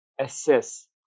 assess